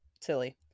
silly